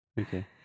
Okay